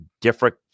different